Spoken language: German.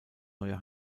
neue